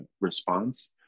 response